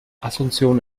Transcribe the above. asunción